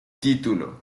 título